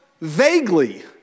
vaguely